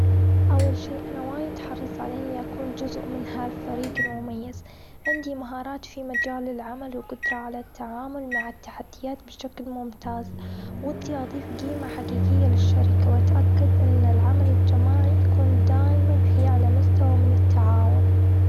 أول شي، أنا وايد حريصه على إني أكون جزء من هالفريق المميز. عندي مهارات في مجال العمل، وقدرة على التعامل مع التحديات بشكل ممتاز. ودي أضيف قيمة حقيقية للشركة، واتأكد إن العمل الجماعي يكون دايماً في أعلى مستوى من التعاون.